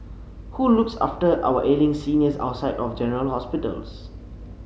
who looks after our ailing seniors outside of general hospitals